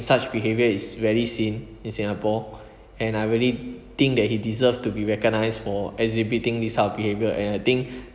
such behaviour is rarely seen in singapore and I really think that he deserved to be recognised for exhibiting this type of behaviour and I think